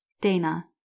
Dana